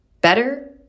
Better